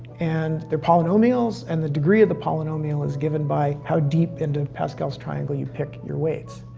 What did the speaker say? and they're polynomials, and the degree of the polynomial is given by how deep into pascal's triangle you pick your weights.